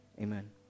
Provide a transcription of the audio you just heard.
amen